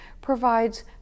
provides